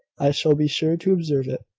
i shall be sure to observe it,